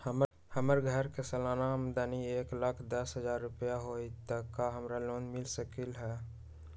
हमर घर के सालाना आमदनी एक लाख दस हजार रुपैया हाई त का हमरा लोन मिल सकलई ह?